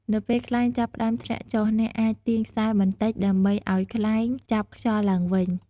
នៅពេលខ្លែងចាប់ផ្តើមធ្លាក់ចុះ អ្នកអាចទាញខ្សែបន្តិចដើម្បីឱ្យខ្លែងចាប់ខ្យល់ឡើងវិញ។